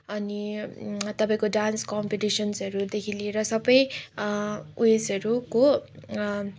अनि तपाईँको डान्स कम्पिटिसन्सहरूदेखि लिएर सबै ऊ यसहरू को